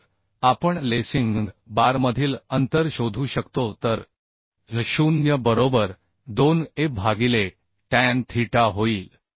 तर आपण लेसिंग बारमधील अंतर शोधू शकतो तर L0 बरोबर 2 a भागिले टॅन थीटा होईल